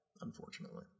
unfortunately